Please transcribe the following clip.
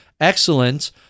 excellent